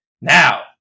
Now